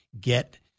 get